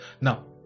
Now